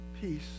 peace